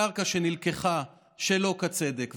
קרקע שנלקחה שלא בצדק,